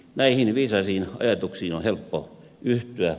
näihin viisaisiin ajatuksiin on helppo yhtyä